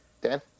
Dan